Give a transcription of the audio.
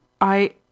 I—